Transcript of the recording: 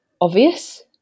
obvious